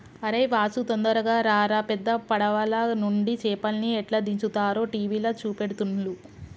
అరేయ్ వాసు తొందరగా రారా పెద్ద పడవలనుండి చేపల్ని ఎట్లా దించుతారో టీవీల చూపెడుతుల్ను